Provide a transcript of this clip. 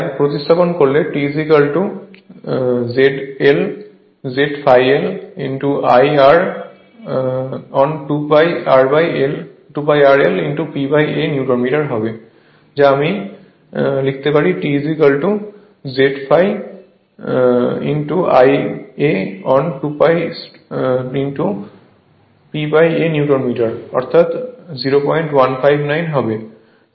তাই প্রতিস্থাপন করলে T Z∅L I r on 2 π r l P A newton metre বা আমরা লিখতে পারি T Z∅ Ia on 2 π P A newton metre বা 0159 হবে